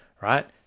right